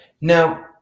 Now